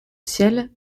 ciel